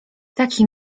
taki